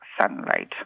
sunlight